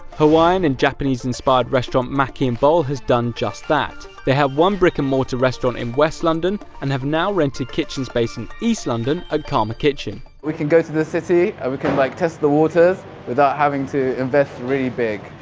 hawaiian and japanese-inspired restaurant maki and bowl has done just that. they have one brick-and-mortar restaurant in west london and have now rented kitchen space in east london at karma kitchen. we can go to the city and ah we can like test the waters without having to invest really big.